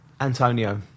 Antonio